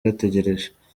bategereje